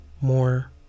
more